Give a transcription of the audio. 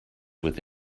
with